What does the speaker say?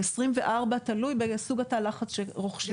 24. תלוי בסוג תא הלחץ שרוכשים אותו.